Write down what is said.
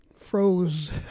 froze